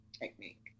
technique